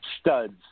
studs